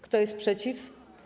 Kto jest przeciw?